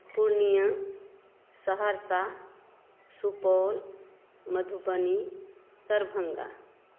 Purnia Saharsa Supaul Madhubani Darbhanga